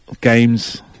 games